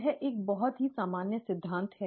यह एक बहुत ही सामान्य सिद्धांत है